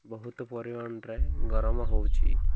ବହୁତ ପରିମାଣରେ ଗରମ ହେଉଛି